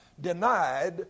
denied